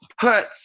put